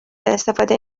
استفاده